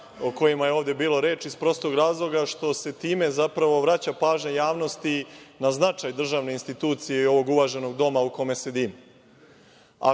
o kojima je ovde bilo reči iz prostog razloga što se time, zapravo, vraća pažnja javnosti na značaj državne institucije i ovog uvaženog Doma u kome sedimo. Ako,